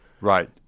right